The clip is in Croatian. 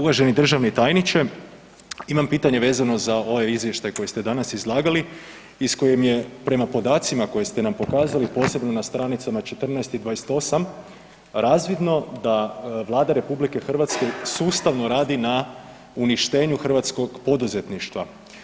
Uvaženi državni tajniče, imam pitanje vezano za ovaj izvještaj koji ste danas izlagali iz kojeg mi je prema podacima koje ste nam pokazali posebno na stranicama 14. i 28. razvidno da Vlada RH sustavno radi na uništenju hrvatskog poduzetništva.